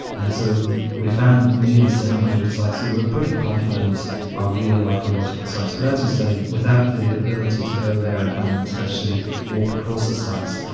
and so we found nearly seven hundred sites that we're pretty confident are really archaeological sites. but as you say, without the ability to go there and actually walk across the sites,